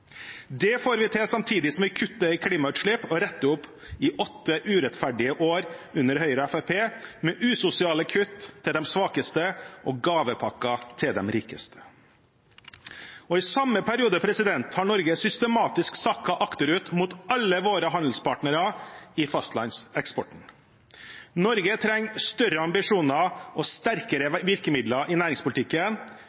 Det får vi til samtidig som vi kutter i klimagassutslipp og retter opp i åtte urettferdige år under Høyre og Fremskrittspartiet med usosiale kutt til de svakeste og gavepakker til de rikeste. I samme periode har Norge systematisk sakket akterut i forhold til alle våre handelspartnere i fastlandseksporten. Norge trenger større ambisjoner og sterkere